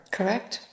Correct